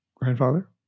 Grandfather